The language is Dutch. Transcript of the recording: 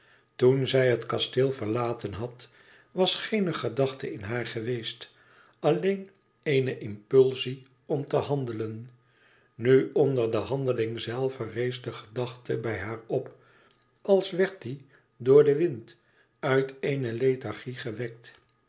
toen zij het kasteel verlaten had was geene gedachte in haar geweest alleen eene impulsie om te handelen nu onder de handeling zelve rees de gedachte bij haar op als werd die door den wind uit eene lethargie gewekt